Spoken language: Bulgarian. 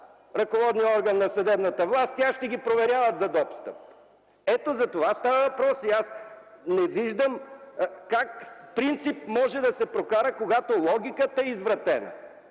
ръководния орган на съдебната власт, тях ще ги проверяват за достъп. Ето за това става въпрос и аз не виждам как принцип може да се прокара, когато логиката е извратена